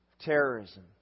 Terrorism